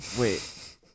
Wait